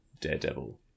daredevil